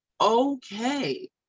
okay